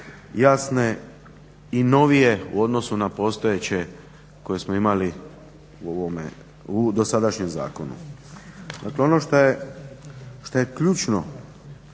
jasne i novije u odnosu na postojeće koje smo imali u ovome, u dosadašnjem zakonu. Dakle, ono što je ključno